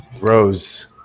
Rose